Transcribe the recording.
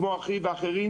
כמו אחי ואחרים,